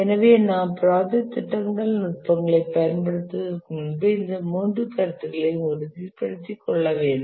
எனவேநாம் project திட்டமிடல் நுட்பங்களைப் பயன்படுத்துவதற்கு முன்பு இந்த 3 கருத்துக்களையும் உறுதிப்படுத்தி கொள்ள வேண்டும்